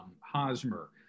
Hosmer